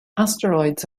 asteroids